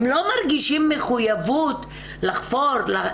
הם לא מרגישים מחויבות לחפור,